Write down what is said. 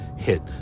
hit